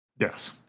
Yes